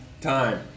time